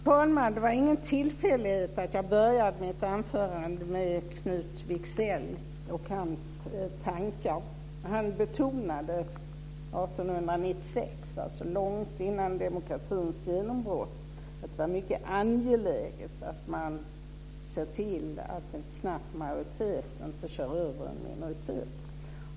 Fru talman! Det var ingen tillfällighet att jag började mitt anförande med Knut Wicksell och hans tankar. Han betonade 1896, alltså långt innan demokratins genombrott, att det var mycket angeläget att se till att en knapp majoritet inte kör över en minoritet.